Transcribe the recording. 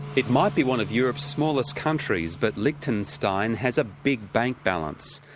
it might be one of europe's smallest countries, but lichtenstein has a big bank balance.